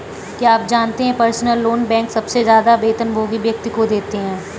क्या आप जानते है पर्सनल लोन बैंक सबसे ज्यादा वेतनभोगी व्यक्ति को देते हैं?